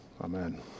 Amen